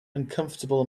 uncomfortable